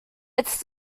its